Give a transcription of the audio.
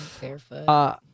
barefoot